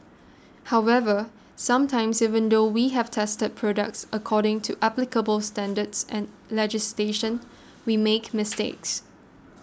however sometimes even though we have tested products according to applicable standards and legislation we make mistakes